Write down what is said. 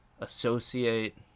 associate